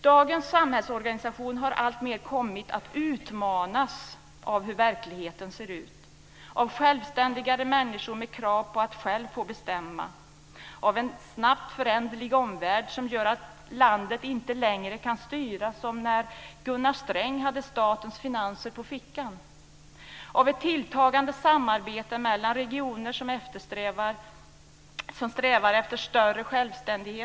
Dagens samhällsorganisation har alltmer kommit att utmanas av hur verkligheten ser ut, av självständigare människor med krav på att själva få bestämma och av en snabbt föränderlig omvärld. Det gör att landet inte längre kan styras som när Gunnar Sträng hade statens finanser på fickan. Samhällsorganisationen utmanas också av ett tilltagande samarbete mellan regioner som strävar efter större självständighet.